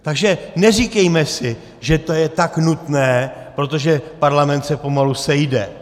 Takže neříkejme si, že to je tak nutné, protože Parlament se pomalu sejde.